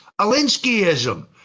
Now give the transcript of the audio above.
Alinskyism